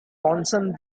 concerns